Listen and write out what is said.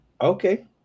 okay